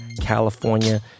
California